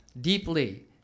deeply